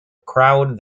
crowd